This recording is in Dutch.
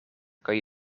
kan